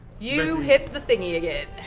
you hit the thingie again.